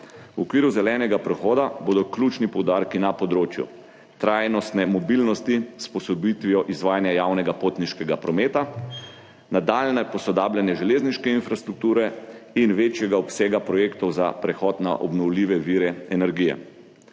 V okviru zelenega prehoda bodo ključni poudarki na področju trajnostne mobilnosti s posodobitvijo izvajanja javnega potniškega prometa, nadaljnje posodabljanje železniške infrastrukture in večjega obsega projektov za prehod na obnovljive vire energije.